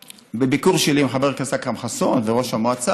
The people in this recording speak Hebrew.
בביקור שלי עם חבר הכנסת אכרם חסון וראש המועצה,